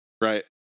right